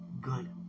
Good